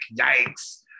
yikes